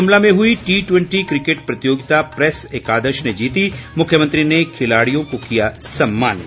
शिमला में हुई T twenty cricket प्रतियोगिता प्रेस एकादश ने जीती मुख्यमंत्री ने खिलाड़ियों को किया सम्मानित